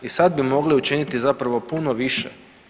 I sad bi mogli učiniti zapravo puno više.